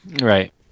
right